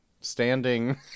standing